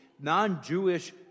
non-Jewish